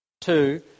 Two